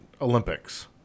Olympics